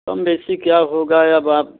कमो बेशी क्या होगी अब आप